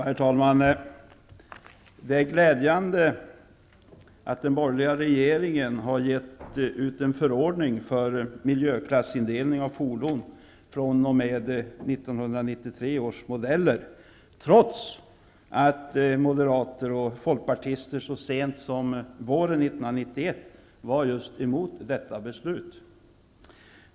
Herr talman! Det är glädjande att den borgerliga regeringen har gett ut en förordning för miljöklassindelning av fordon fr.o.m. 1993 års modeller, trots att Moderaterna och Folkpartiet så sent som våren 1991 var emot ett sådant beslut.